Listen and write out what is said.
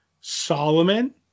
Solomon